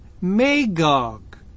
Magog